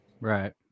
right